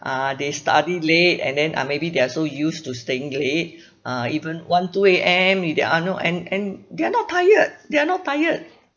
uh they study late and then ah maybe they're so used to staying late uh even one two A_M with their ah know and and they're not tired they are not tired